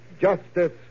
justice